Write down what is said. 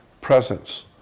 presence